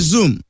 Zoom